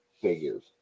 figures